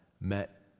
met